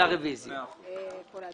אחרי שמתפזרת הכנסת,